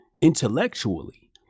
intellectually